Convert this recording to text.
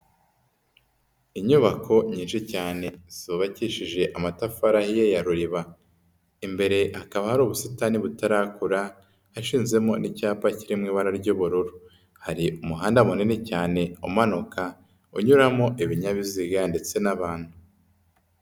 Inyubako nyinshi cyane zubakishije amatafari ahiye ya ruriba, imbere hakaba hari ubusitani butarakura hashinzemo n'icyapa kiri mu ibara ry'ubururu, hari umuhanda munini cyane umanuka unyuramo ibinyabiziga ndetse n'abantu.